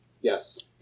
Yes